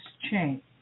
change